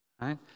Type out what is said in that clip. right